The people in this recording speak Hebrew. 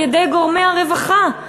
על-ידי גורמי הרווחה,